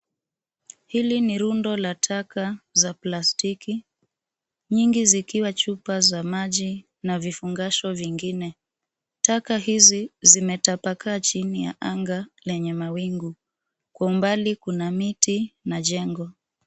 Hili ni rundo la taka za plastiki nyingi zikiwa chupa za maji na vifungasho vingine. Taka hizi zimetapakaa chini ya anga lenye mawingu kwa mbali kuna miti na jengo.